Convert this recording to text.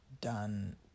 done